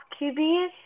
QBs